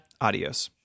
Adios